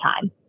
time